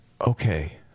okay